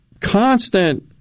constant